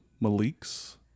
malik's